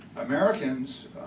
Americans